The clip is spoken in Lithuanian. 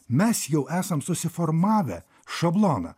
mes jau esam susiformavę šabloną